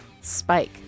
Spike